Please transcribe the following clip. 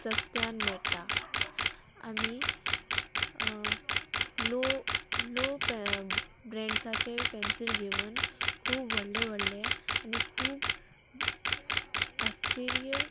सस्त्यान मेळटा आमी लो लो ब्रँड्साचे पेन्सील घेवन खूब व्हडले व्हडले आनी खूब आच्चर्य